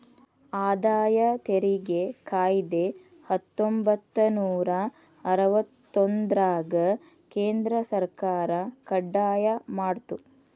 ಆದಾಯ ತೆರಿಗೆ ಕಾಯ್ದೆ ಹತ್ತೊಂಬತ್ತನೂರ ಅರವತ್ತೊಂದ್ರರಾಗ ಕೇಂದ್ರ ಸರ್ಕಾರ ಕಡ್ಡಾಯ ಮಾಡ್ತು